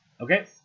Okay